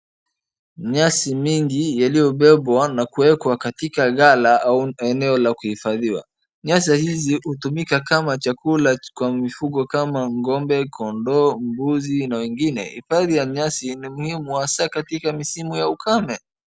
Nyasi mingi yaliyobebwa na kuekwa katika gala au maeneo ya kuhifadhia. Nyasi hizi hutumika kama chakula kwa mifugo kama ngombe kondoo, mbuzi na wengine. Uhifadhi wa nyasi ni muhimu hasaa katika misimu ya ukame.